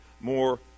more